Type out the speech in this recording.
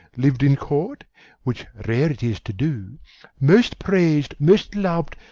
liv'd in court which rare it is to do most prais'd, most lov'd,